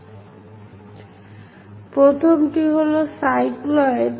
প্রথমটি হল একটি সাইক্লয়েড